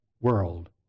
world